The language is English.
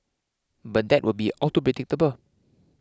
but that would be all too predictable